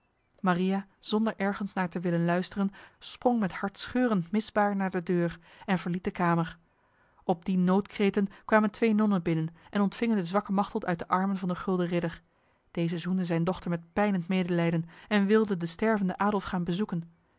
maria zonder ergens naar te willen luisteren sprong met hartscheurend misbaar naar de deur en verliet de kamer op die noodkreten kwamen twee nonnen binnen en ontvingen de zwakke machteld uit de armen van de gulden ridder deze zoende zijn dochter met pijnend medelijden en wilde de stervende adolf gaan bezoeken